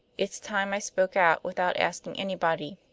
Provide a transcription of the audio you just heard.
it's time i spoke out, without asking anybody.